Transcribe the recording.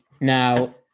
now